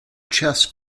chess